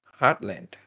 Heartland